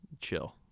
chill